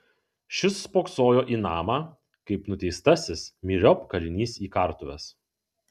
šis spoksojo į namą kaip nuteistasis myriop kalinys į kartuves